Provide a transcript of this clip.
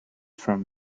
from